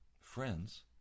friends